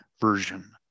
version